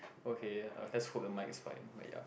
okay uh let's hope the mic is fine but ya